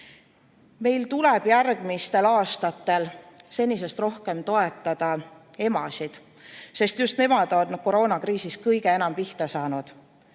tuleb järgmistel aastatel senisest rohkem toetada emasid, sest just nemad on koroonakriisis kõige enam pihta saanud.